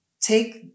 take